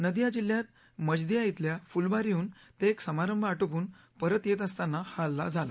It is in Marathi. नदिया जिल्ह्यात मजदिया इथल्या फुलवारीहून ते एक समारंभ आटोपून परत येत असताना हा हल्ला झाला